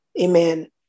Amen